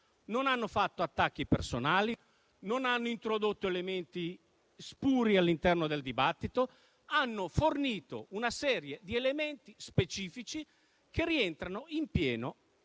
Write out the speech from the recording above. Non hanno fatto attacchi personali, non hanno introdotto elementi spuri all'interno del dibattito: hanno fornito una serie di elementi specifici, che rientrano in pieno